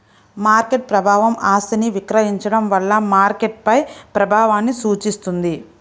market ప్రభావం ఆస్తిని విక్రయించడం వల్ల మార్కెట్పై ప్రభావాన్ని సూచిస్తుంది